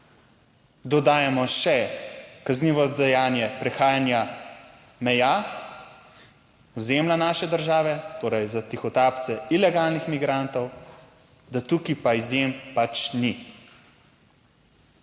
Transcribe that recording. dodajamo še kaznivo dejanje prehajanja meja ozemlja naše države, torej za tihotapce ilegalnih migrantov, da tukaj pa izjem pač ni,